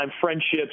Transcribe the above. friendships